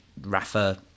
Rafa